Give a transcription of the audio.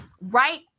right